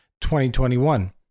2021